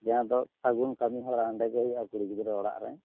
ᱡᱟᱦᱟᱸ ᱫᱚ ᱥᱟᱹᱜᱩᱱ ᱠᱟᱹᱢᱤ ᱦᱚᱨᱟ ᱦᱟᱸᱰᱮ ᱜᱮ ᱦᱳᱭᱳᱜᱼᱟ ᱠᱩᱲᱤ ᱜᱤᱫᱽᱨᱟᱹ ᱚᱲᱟᱜ ᱨᱮ